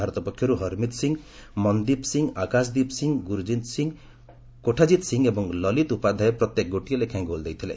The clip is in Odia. ଭାରତ ପକ୍ଷର୍ ହରମିତ୍ ସିଂ ମନଦୀପ ସିଂ ଆକାଶ ଦୀପ ସିଂ ଗୁରୁଜନ୍ତ ସିଂ କୋଠାଜିତ୍ ସିଂ ଏବଂ ଲଲିତ ଉପାଧ୍ୟାୟ ପ୍ରତ୍ୟେକ ଗୋଟିଏ ଲେଖାଏଁ ଗୋଲ ଦେଇଥିଲେ